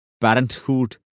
Parenthood